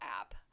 app